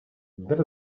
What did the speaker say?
that